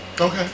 Okay